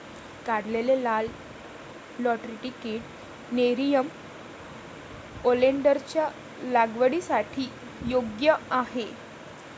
काढलेले लाल lateritic Nerium ओलेन्डरच्या लागवडीसाठी योग्य आहे